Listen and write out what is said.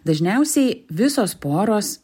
dažniausiai visos poros